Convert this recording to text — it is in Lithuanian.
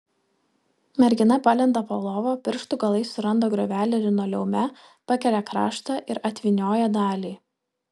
mergina palenda po lova pirštų galais suranda griovelį linoleume pakelia kraštą ir atvynioja dalį